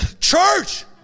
church